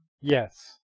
Yes